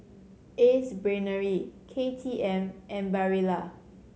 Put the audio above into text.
Ace Brainery K T M and Barilla